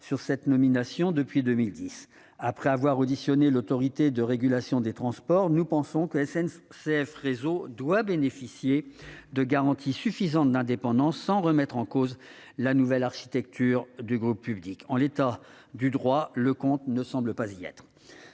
sur cette nomination depuis 2010. Après avoir auditionné l'Autorité de régulation des transports, nous pensons que SNCF Réseau doit bénéficier de garanties suffisantes d'indépendance, sans remettre en cause la nouvelle architecture du groupe public. En l'état du droit, le compte ne semble pas y être